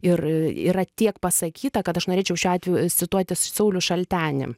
ir yra tiek pasakyta kad aš norėčiau šiuo atveju cituoti saulių šaltenį